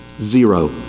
zero